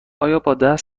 قابل